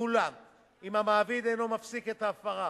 ואולם אם המעביד אינו מפסיק את ההפרה